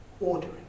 ordering